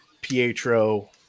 Pietro